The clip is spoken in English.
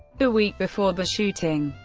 the week before the shooting,